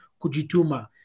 Kujituma